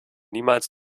niemals